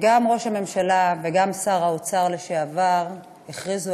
שגם ראש הממשלה וגם שר האוצר לשעבר הכריזו